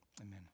Amen